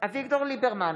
אביגדור ליברמן,